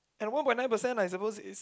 and one point nine percent I is suppose is